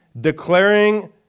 declaring